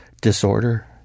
disorder